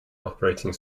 operating